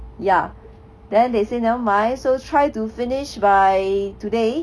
ya then they say never mind so try to finish by today